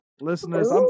listeners